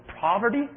poverty